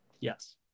Yes